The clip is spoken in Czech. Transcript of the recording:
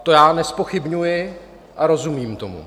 To já nezpochybňuji a rozumím tomu.